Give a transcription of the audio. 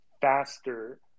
faster